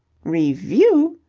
revue?